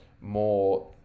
More